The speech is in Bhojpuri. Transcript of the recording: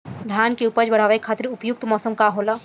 धान के उपज बढ़ावे खातिर उपयुक्त मौसम का होला?